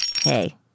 Hey